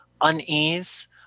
unease